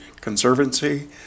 Conservancy